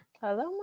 Hello